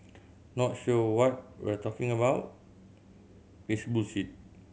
not sure what we're talking about